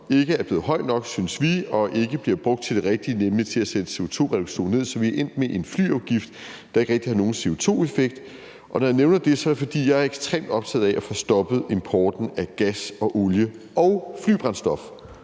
ikke er blevet høj nok, synes vi, og ikke bliver brugt til det rigtige, nemlig at sætte CO2-reduktionen ned. Så vi er endt med en flyafgift, der ikke rigtig har nogen CO2-effekt. Når jeg nævner det, er det, fordi jeg er ekstremt optaget af at få stoppet importen af gas og olie og flybrændstof